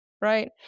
right